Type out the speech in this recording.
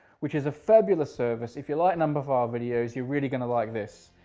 which is a fabulous service. if you like numberphile videos, you're really going to like this.